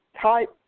type